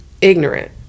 ignorant